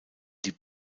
die